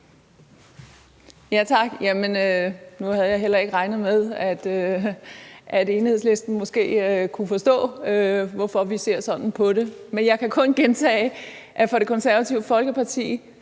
Tak. Nu havde jeg heller ikke regnet med, at Enhedslisten måske kunne forstå, hvorfor vi ser sådan på det. Men jeg kan kun gentage, at i Det Konservative Folkeparti